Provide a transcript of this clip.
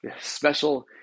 special